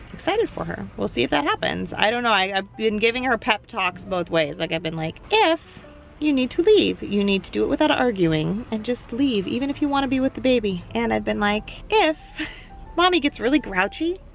excited for her. we'll see if that happens. i don't know, i've been giving her pep talks both ways. like i've been like. if you have to leave, you need to do it without arguing and just leave. even if you want to be with the baby. and i've been like. if mommy gets really grouchy,